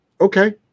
Okay